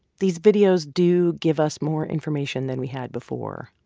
these videos do give us more information than we had before,